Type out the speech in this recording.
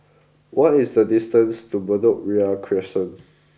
what is the distance to Bedok Ria Crescent